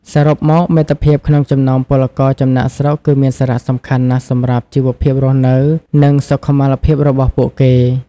សរុបមក មិត្តភាពក្នុងចំណោមពលករចំណាកស្រុកគឺមានសារៈសំខាន់ណាស់សម្រាប់ជីវភាពរស់នៅ និងសុខុមាលភាពរបស់ពួកគេ ។